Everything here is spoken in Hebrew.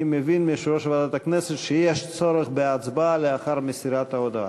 אני מבין מיושב-ראש ועדת הכנסת שיש צורך בהצבעה לאחר מסירת ההודעה.